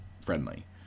friendly